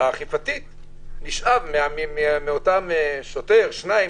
האכיפתית נשאב מאותו שוטר, שניים